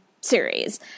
series